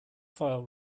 file